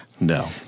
No